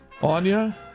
Anya